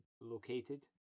located